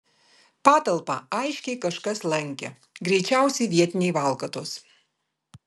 patalpą aiškiai kažkas lankė greičiausiai vietiniai valkatos